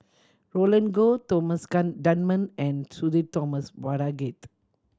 Roland Goh Thomas Dunman and Sudhir Thomas Vadaketh